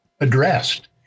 addressed